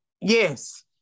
Yes